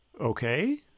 okay